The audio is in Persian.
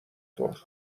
طور